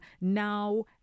now